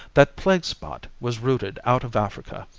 that plague-spot was rooted out of africa,